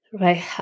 Right